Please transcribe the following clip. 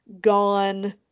gone